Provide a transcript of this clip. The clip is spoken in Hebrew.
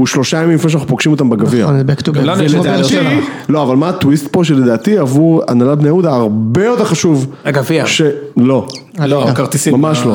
הוא שלושה ימים לפני שאנחנו פוגשים אותם בגביע. נכון, זה כתוב בגביע. לא, אבל מה הטוויסט פה שלדעתי עבור הנהלת בני יהודה הרבה יותר חשוב... הגביע?. לא. לא. הכרטיסים? ממש לא.